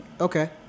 Okay